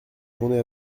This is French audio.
journée